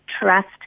trust